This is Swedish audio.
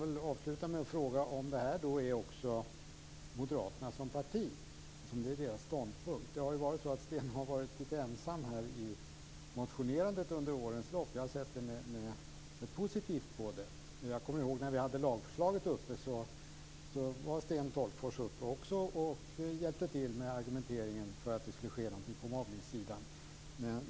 Är detta Moderaternas ståndpunkt? Sten Tolgfors har varit lite ensam i motionerandet under årens lopp. Vi har sett positivt på det. Jag kommer ihåg när lagförslaget var uppe till diskussion. Då hjälpte Sten Tolgfors till i argumenteringen för att det skulle ske något mot mobbning.